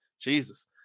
Jesus